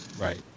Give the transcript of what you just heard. right